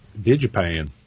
DigiPan